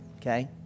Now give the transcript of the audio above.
okay